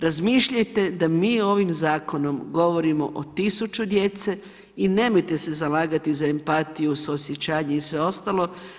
Razmišljajte da ovim zakonom govorimo o tisuću djece i nemojte se zalagati za empatiju, suosjećanje i sve ostalo.